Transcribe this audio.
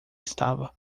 estava